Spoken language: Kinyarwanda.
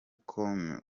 comey